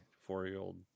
four-year-old